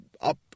up